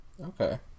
Okay